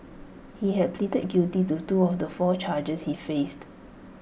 he had pleaded guilty to two of the four charges he faced